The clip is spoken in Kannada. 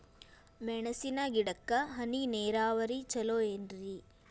ಮೆಣಸಿನ ಗಿಡಕ್ಕ ಹನಿ ನೇರಾವರಿ ಛಲೋ ಏನ್ರಿ?